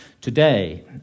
today